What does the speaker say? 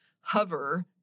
hover